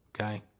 Okay